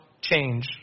change